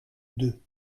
deux